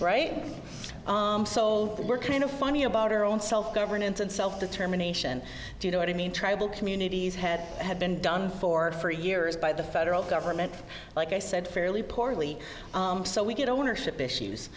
right so we're kind of funny about our own self governance and self determination do you know what i mean tribal communities had had been done for three years by the federal government like i said fairly poorly so we get ownership issues